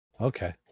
Okay